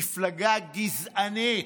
מפלגה גזענית.